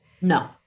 No